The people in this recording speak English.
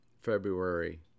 february